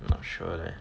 I'm not sure leh